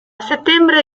settembre